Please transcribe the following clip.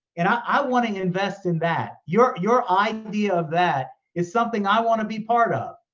and i i wanna invest in that. your your idea of that is something i wanna be part of.